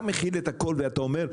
אתה מחיל את הכול ואתה אומר,